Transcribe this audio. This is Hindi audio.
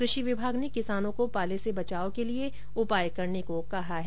कृषि विभाग ने किसानों को पाले से बचाव के लिए उपाय करने को कहा है